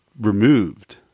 removed